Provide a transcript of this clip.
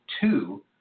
two